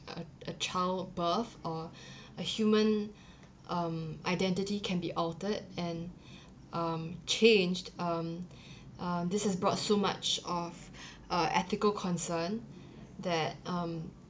a a child birth or a human um identity can be altered and um changed um uh this has brought so much of uh ethical concern that um